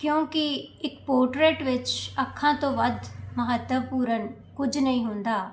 ਕਿਉਂਕਿ ਇੱਕ ਪੋਰਟਰੇਟ ਵਿੱਚ ਅੱਖਾਂ ਤੋਂ ਵੱਧ ਮਹੱਤਵਪੂਰਨ ਕੁਝ ਨਹੀਂ ਹੁੰਦਾ